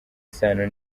isano